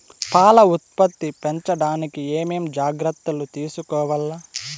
పాల ఉత్పత్తి పెంచడానికి ఏమేం జాగ్రత్తలు తీసుకోవల్ల?